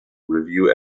review